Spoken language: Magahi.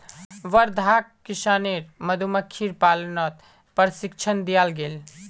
वर्धाक किसानेर मधुमक्खीर पालनत प्रशिक्षण दियाल गेल